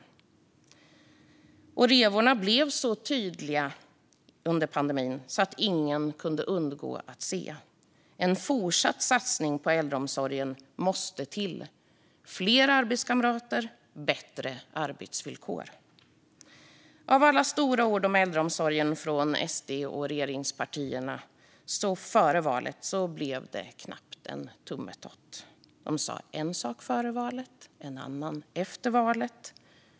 Under pandemin blev revorna så tydliga att ingen kunde undgå att se dem. En fortsatt satsning på äldreomsorgen måste till, för fler arbetskamrater och bättre arbetsvillkor. Av alla stora ord om äldreomsorgen från SD och regeringspartierna före valet blev det knappt en tummetott. De sa en sak före valet och en annan efter valet.